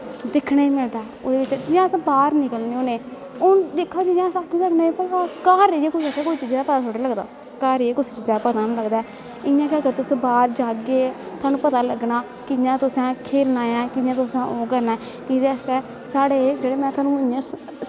दिक्खनें गी मिलदा जियां अस बाह्र निकलनें होनें हून दिक्खो जियां आक्खी सकनें घर रेहियै कुसै चीजें दा पता थोह्ड़ी लगदा घर रेहियै कुसै चीजें दा पता नी लगदा ऐ इयां अगर तुस बाह्र जाह्गे तोआनूं पता लग्गना कियां तुसैं खेलनां ऐं कियां तुसें ओह् करनां एह्दै आस्तै साढ़े जेह्ड़े में तोआनू